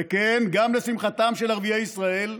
וכן, גם לשמחתם של ערביי ישראל,